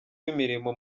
w’imirimo